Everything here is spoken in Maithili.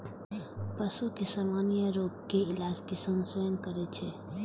पशुक सामान्य रोगक इलाज किसान स्वयं करै छै